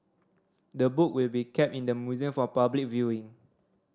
the book will be kept in the museum for public viewing